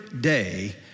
day